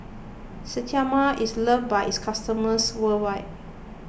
Sterimar is loved by its customers worldwide